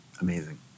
Amazing